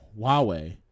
Huawei